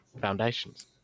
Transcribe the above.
foundations